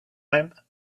time